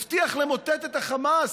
הבטיח למוטט את החמאס.